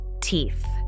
teeth